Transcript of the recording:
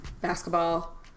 basketball